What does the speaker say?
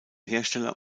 hersteller